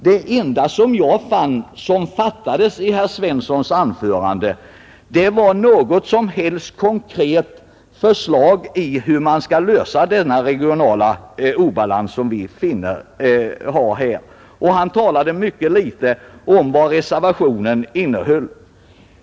Men vad som fattades i herr Svenssons anförande var varje tillstymmelse till konkreta förslag om hur man skall lösa den regionala obalans som nu råder. Han talade mycket litet om vad den kommunistiska reservationen innehöll.